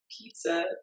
pizza